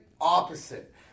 opposite